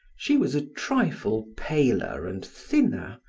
she was a trifle paler and thinner,